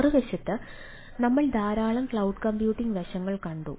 മറുവശത്ത് നമ്മൾ ധാരാളം ക്ലൌഡ് കമ്പ്യൂട്ടിംഗ് വശങ്ങൾ കണ്ടു